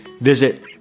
visit